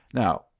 now,